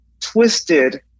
twisted